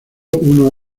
unos